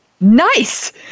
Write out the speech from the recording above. Nice